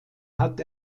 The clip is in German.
hat